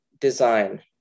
design